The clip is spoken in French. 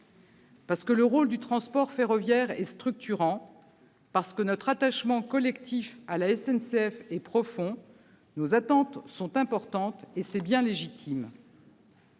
Parce que le rôle du transport ferroviaire est structurant, parce que notre attachement collectif à la SNCF est profond, nos attentes sont importantes ; c'est bien légitime.